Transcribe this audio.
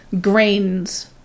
grains